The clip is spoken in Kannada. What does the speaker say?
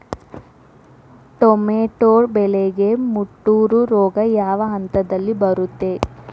ಟೊಮ್ಯಾಟೋ ಬೆಳೆಗೆ ಮುಟೂರು ರೋಗ ಯಾವ ಹಂತದಲ್ಲಿ ಬರುತ್ತೆ?